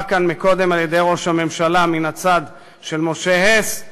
כאן קודם על-ידי ראש הממשלה מן הצד של משה הס,